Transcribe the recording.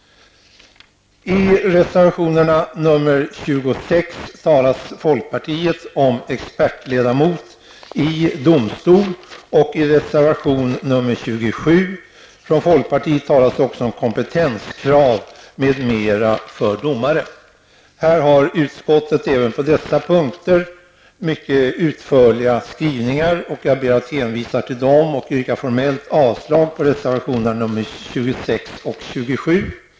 Utskottet har även på dessa punkter mycket utförliga skrivningar. Jag ber att få hänvisa till dessa och yrkar formellt avslag på reservationerna 26 och 27.